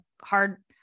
hard